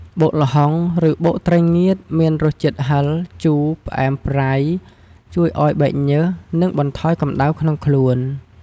បុកល្ហុងឫបុកត្រីងៀតមាន រសជាតិហឹរ ជូរ ផ្អែម ប្រៃ ជួយឱ្យបែកញើស និងបន្ថយកម្ដៅក្នុងខ្លួន។